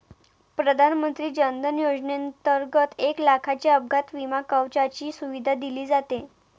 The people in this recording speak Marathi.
प्रधानमंत्री जन धन योजनेंतर्गत एक लाखाच्या अपघात विमा कवचाची सुविधा दिली जाते